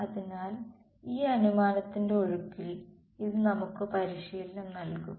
അതിനാൽ ഈ അനുമാനത്തിന്റെ ഒഴുക്കിൽ ഇത് നമുക്ക് പരിശീലനം നൽകും